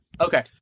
Okay